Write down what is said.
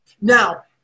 Now